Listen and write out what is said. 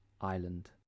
island